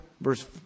verse